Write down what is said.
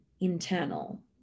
internal